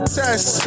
test